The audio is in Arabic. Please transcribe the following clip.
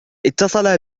اتصل